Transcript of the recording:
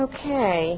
Okay